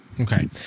Okay